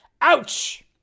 Ouch